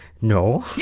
no